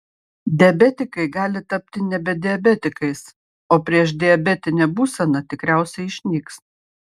diabetikai gali tapti nebe diabetikais o priešdiabetinė būsena tikriausiai išnyks